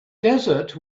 desert